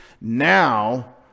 Now